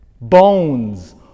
bones